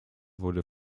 wurde